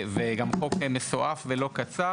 שהוא גם מסועף ולא קצר